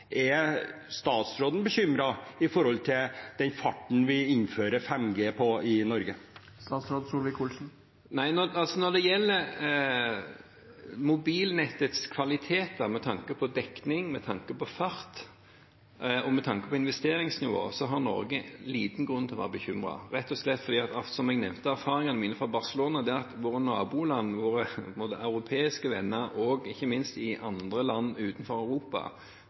Er statsråden bekymret når det gjelder den farten vi innfører 5G på i Norge? Når det gjelder mobilnettets kvaliteter med tanke på dekning, med tanke på fart og med tanke på investeringsnivå, har Norge liten grunn til å være bekymret. For som jeg nevnte, er erfaringene mine fra Barcelona den at våre naboland, våre europeiske venner og ikke minst andre land utenfor Europa